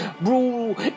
rule